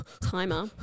timer